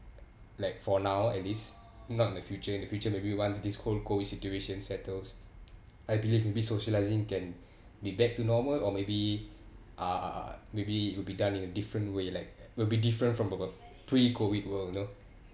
like for now at least not in the future in the future maybe once this whole COVID situation settles I believe may be socialising can be back to normal or maybe uh maybe will be done in a different way like will be different from a pre-COVID world you know